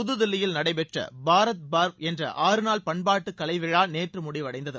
புதுதில்லியில் நடைபெற்ற பாரத் பர்வ் என்ற ஆறுநாள் பண்பாட்டு கலைவிழா நேற்று முடிவடைந்தது